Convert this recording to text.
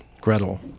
Gretel